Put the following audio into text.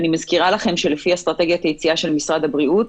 אני מזכירה לכם שלפי אסטרטגיית היציאה של משרד הבריאות,